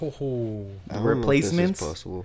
replacements